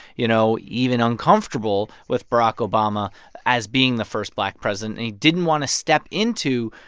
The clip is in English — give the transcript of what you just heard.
you know, even uncomfortable with barack obama as being the first black president. and he didn't want to step into,